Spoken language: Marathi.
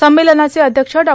संमेलनाचे अध्यक्ष डॉ